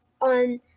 on